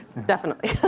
definitely.